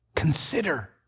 Consider